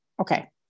okay